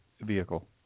vehicle